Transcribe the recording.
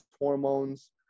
hormones